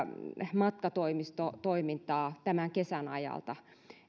matkatoimistotoimintaa tämän kesän ajalta